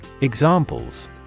Examples